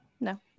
No